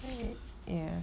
ya